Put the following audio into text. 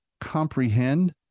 comprehend